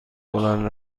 بلند